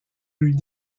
rues